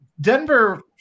Denver